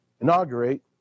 inaugurate